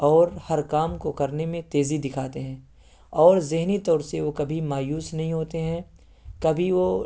اور ہر کام کو کرنے میں تیزی دکھاتے ہیں اور ذہنی طور سے وہ کبھی مایوس نہیں ہوتے ہیں کبھی وہ